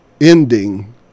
ending